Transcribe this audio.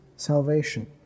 salvation